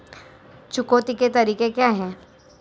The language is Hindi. चुकौती के तरीके क्या हैं?